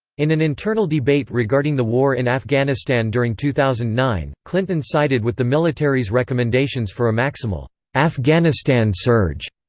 in an internal debate regarding the war in afghanistan during two thousand and nine, clinton sided with the military's recommendations for a maximal afghanistan surge,